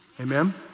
Amen